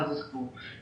לסטטוס קוו.